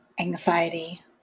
anxiety